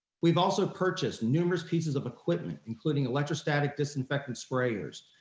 we've also purchased numerous pieces of equipment including electrostatic disinfectant sprayers,